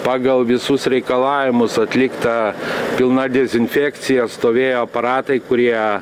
pagal visus reikalavimus atlikta pilna dezinfekcija stovėjo aparatai kurie